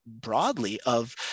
broadly—of